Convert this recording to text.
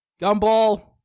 Gumball